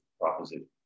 proposition